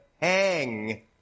hang